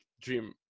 Dream –